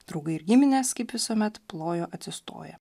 draugai ir giminės kaip visuomet plojo atsistoję